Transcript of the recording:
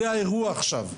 זה האירוע עכשיו.